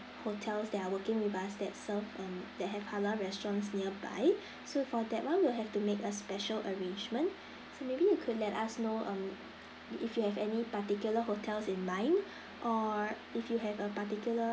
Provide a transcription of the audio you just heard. hotels that are working with us that serve um that have halal restaurants nearby so for that one we'll have to make a special arrangement so maybe you could let us know um if you have any particular hotels in mind or if you have a particular